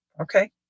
Okay